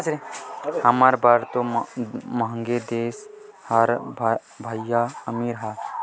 हमर बर तो मंहगे देश हरे रे भइया अमरीका ह